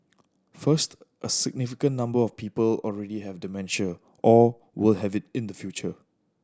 first a significant number of people already have dementia or will have it in the future